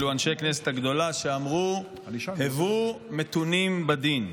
אלו אנשי כנסת הגדולה, שאמרו "הוו מתונים בדין".